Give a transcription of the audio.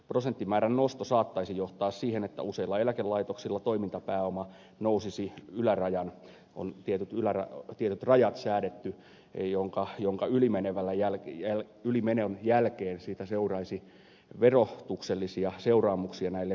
prosenttimäärän nosto saattaisi johtaa siihen että useilla eläkelaitoksilla toimintapääoma nousisi yli ylärajan on tiedetty lära och tiedot rajan tietyt rajat säädetty jonka ylimenon jälkeen seuraisi verotuksellisia seuraamuksia näille yrityksille